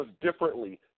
differently